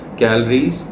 calories